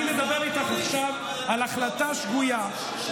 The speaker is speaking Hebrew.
אני מדבר איתך עכשיו על החלטה שגויה,